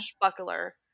buckler